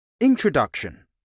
introduction